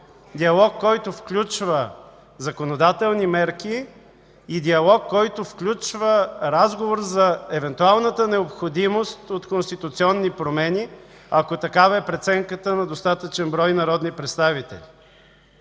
диалог, който включва законодателни мерки, диалог, който включва разговор за евентуалната необходимост от конституционни промени, ако такава е преценката на достатъчен брой народни представители.